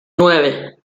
nueve